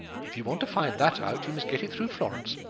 if you want to find that out, you must get it through florence.